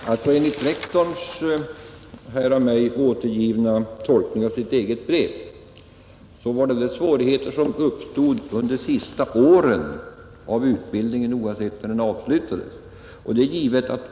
Herr talman! Enligt rektors av mig här återgivna tolkning av sitt eget brev skulle det bli synnerligen svårt att ha lärare kvar under de sista åren av seminarieutbildningen, oavsett när denna upphörde.